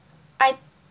I